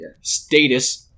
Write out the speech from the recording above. status